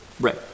Right